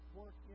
work